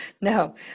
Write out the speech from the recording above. No